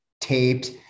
taped